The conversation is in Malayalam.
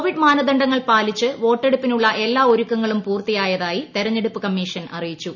കോവിഡ് മാനദണ്ഡങ്ങൾ പാലിച്ച് വോട്ടെടുപ്പിനുളള എല്ലാ ഒരുക്കങ്ങളും പൂർത്തിയായതായി തെരഞ്ഞെടുപ്പ് കമ്മിഷൻ അറിയിച്ചു